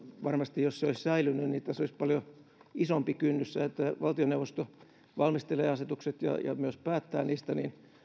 varmasti jos se olisi säilynyt tässä olisi paljon isompi kynnys se että valtioneuvosto valmistelee asetukset ja myös päättää niistä